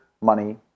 money